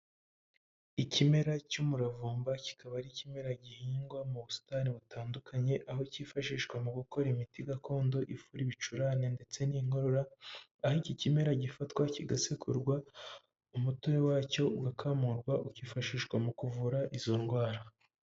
Ikimera cy'umuravumba kikaba ari ikimera gihingwa mu busitani butandukanye, aho cyifashishwa mu gukora imiti gakondo ifu n ibicurane ndetse n'inkorora, aho iki kimera gifatwa kigasekurwa, umutobe wacyo ugakamurwa ukifashishwa mu kuvura izo ndwara.